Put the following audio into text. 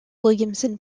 williamson